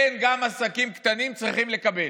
כן, גם עסקים קטנים צריכים לקבל,